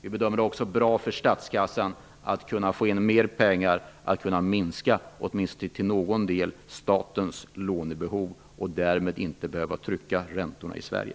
Vi bedömer det också bra för statskassan att få in mer pengar för att åtminstone till någon del kunna minska statens lånebehov och därmed minska trycket på räntorna i Sverige.